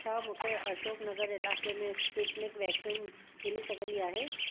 छा मूंखे अशोकनगर इलाइके में स्पूतनिक वैक्सीन मिली सघंदी आहे